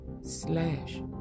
slash